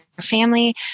family